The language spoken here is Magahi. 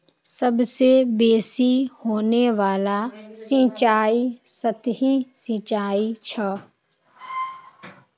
सबसे बेसि होने वाला सिंचाई सतही सिंचाई छ